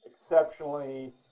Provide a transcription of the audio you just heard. exceptionally